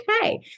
okay